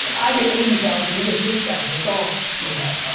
i get eighty thousand, he gets eight thousand. it's all screwed up.